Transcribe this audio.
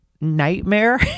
nightmare